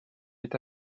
est